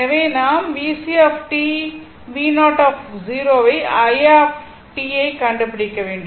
எனவே நாம் VC Vo io ஐக் கண்டுபிடிக்க வேண்டும்